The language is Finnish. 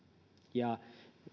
ja